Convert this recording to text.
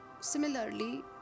similarly